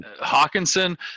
Hawkinson